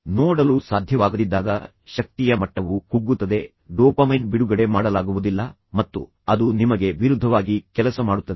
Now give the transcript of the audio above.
ನೀವು ಅಂತಿಮ ಗೆರೆಯನ್ನು ನೋಡಲು ಸಾಧ್ಯವಾಗದಿದ್ದಾಗ ಶಕ್ತಿಯ ಮಟ್ಟವು ಕುಗ್ಗುತ್ತದೆ ಡೋಪಮೈನ್ ಬಿಡುಗಡೆ ಮಾಡಲಾಗುವುದಿಲ್ಲ ಮತ್ತು ಅದು ನಿಮಗೆ ವಿರುದ್ಧವಾಗಿ ಕೆಲಸ ಮಾಡುತ್ತದೆ